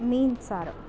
ಮೀನು ಸಾರು